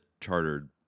chartered